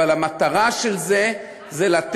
אבל המטרה של היא לתת,